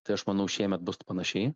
tai aš manau šiemet bus panašiai